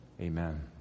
Amen